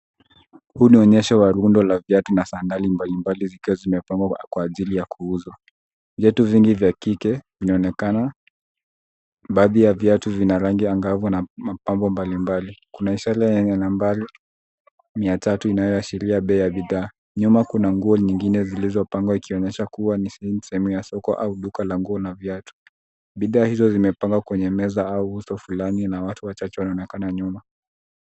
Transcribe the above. Huu ni onyesho wa rundo la viatu na sandali mbalimbali zikiwa zimepangwa kwa ajili ya kuuzwa. Viatu vingi vya kike vinaonekana. Baadhi ya viatu vina rangi angavu na mapambo mbalimbali. Kuna ishara yenye nambari 300 inayoashiria bei ya bidhaa. Nyuma kuna nguo zingine zilizopangwa ikionyesha kuwa ni sehemu ya soko au duka la nguo na viatu. Bidhaa hizo zimepangwa kwenye meza au uso fulani na watu wachache wanaonekana nyuma.